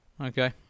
Okay